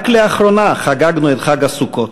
רק לאחרונה חגגנו את חג הסוכות.